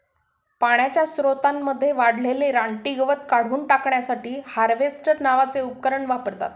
पाण्याच्या स्त्रोतांमध्ये वाढलेले रानटी गवत काढून टाकण्यासाठी हार्वेस्टर नावाचे उपकरण वापरतात